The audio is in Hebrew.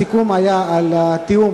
הסיכום היה על תיאום